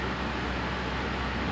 so cliche